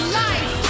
life